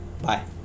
Bye